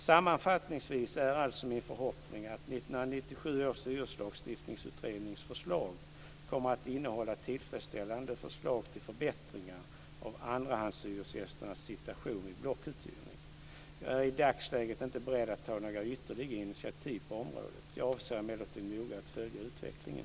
Sammanfattningsvis är alltså min förhoppning att 1997 års hyreslagstiftningsutrednings förslag kommer att innehålla tillfredsställande förslag till förbättringar av andrahandshyresgästernas situation vid blockuthyrning. Jag är i dagsläget inte beredd att ta några ytterligare initiativ på området. Jag avser emellertid att noga följa utvecklingen.